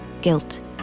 guilt